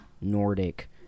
Nordic